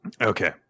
Okay